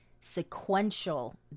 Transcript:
Sequential